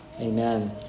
Amen